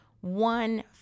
one